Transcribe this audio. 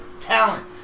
talent